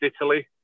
Italy